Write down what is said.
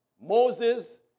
Moses